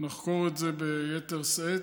נחקור את זה ביתר שאת,